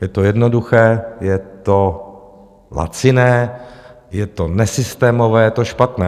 Je to jednoduché, je to laciné, je to nesystémové, je to špatné.